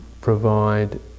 provide